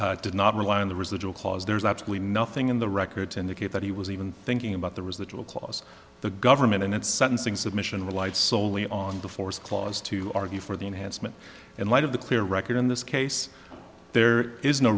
case did not rely on the residual clause there's absolutely nothing in the record to indicate that he was even thinking about the residual clause the government and its sentencing submission relied soley on the force clause to argue for the enhancement in light of the clear record in this case there is no